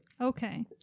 Okay